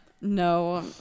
No